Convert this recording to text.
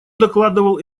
докладывал